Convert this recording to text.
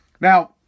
Now